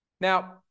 Now